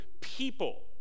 people